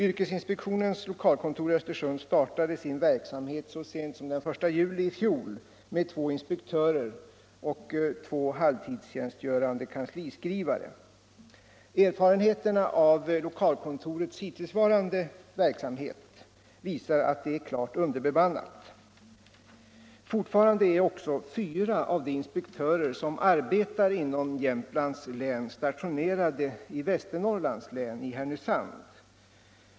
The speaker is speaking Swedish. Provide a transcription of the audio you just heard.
Yrkesinspektionens lokalkontor i Östersund startade sin verksamhet så sent som den 1 juli i fjol med två inspektörer och två halvtidstjänstgörande kansliskrivare. Erfarenheterna av lokalkontorets hittillsvarande verksamhet visar att det är klart underbemannat. Fortfarande är också fyra av de inspektörer som arbetar inom Jämtlands län stationerade i Västernorrlands län, dvs. i Härnösand.